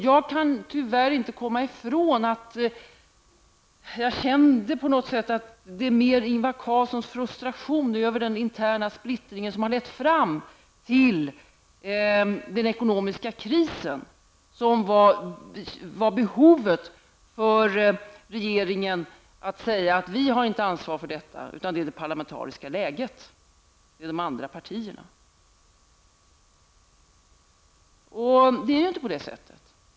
Jag kan tyvärr inte komma ifrån och upplever det mer som att Ingvar Carlssons frustration över den interna splittringen har lett fram till den ekonomiska krisen. Det tycks ha funnits ett behov hos regeringen att säga att man inte själv har ansvar för den uppkomna situationen utan att det är det parlamentariska läget, dvs. de andra partierna, som har skapat den. Men så är det ju inte.